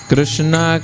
Krishna